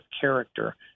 character